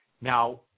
now